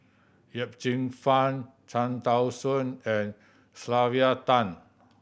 Yip Cheong Fun Cham Tao Soon and Sylvia Tan